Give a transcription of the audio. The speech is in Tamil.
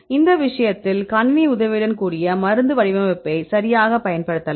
இந்த விஷயத்தில் கணினி உதவியுடன் கூடிய மருந்து வடிவமைப்பை சரியாகப் பயன்படுத்தலாம்